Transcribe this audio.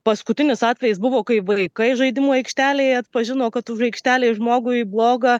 paskutinis atvejis buvo kai vaikai žaidimų aikštelėje atpažino kad už aikštelės žmogui bloga